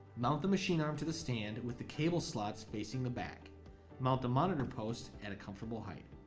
mount the machine arm to the stand with the cable slots facing the back mount the monitor post at a comfortable height.